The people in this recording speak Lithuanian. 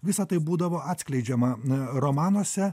visa tai būdavo atskleidžiama romanuose